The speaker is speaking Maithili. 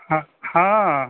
हँ हँ